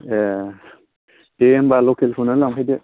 ए दे होनबा लखेलखौन लांफैदो